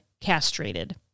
castrated